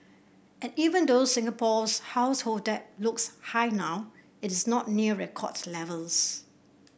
and even though Singapore's household debt looks high now it is not near record levels